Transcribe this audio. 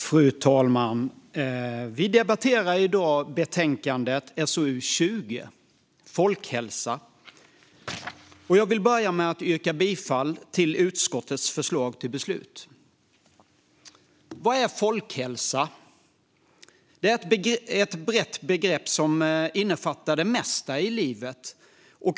Fru talman! Vi debatterar i dag betänkandet SoU20 Folkhälsa . Jag vill börja med att yrka bifall till utskottets förslag till beslut. Vad är folkhälsa? Det är ett brett begrepp som innefattar det mesta i livet.